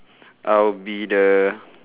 I'll be the